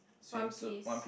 one piece